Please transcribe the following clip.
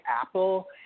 Apple